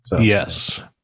yes